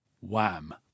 Wham